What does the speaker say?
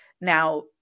Now